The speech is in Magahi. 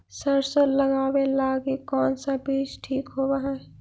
सरसों लगावे लगी कौन से बीज ठीक होव हई?